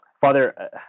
Father